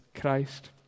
Christ